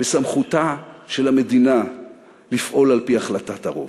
בסמכותה של המדינה לפעול על-פי החלטת הרוב.